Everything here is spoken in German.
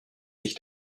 sich